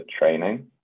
training